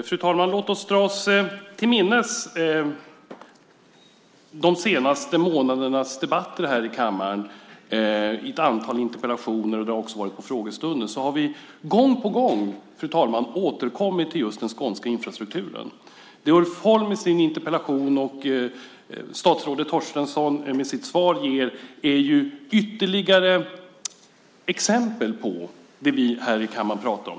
Fru talman! Låt oss dra oss till minnes de senaste månadernas debatter här i kammaren i ett antal interpellationer och på frågestunder. Vi har gång på gång, fru talman, återkommit till just den skånska infrastrukturen. Det Ulf Holm i sin interpellation och statsrådet Torstensson i sitt svar tar upp är ytterligare exempel på det vi här i kammaren pratar om.